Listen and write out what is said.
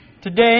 Today